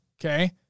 okay